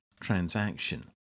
transaction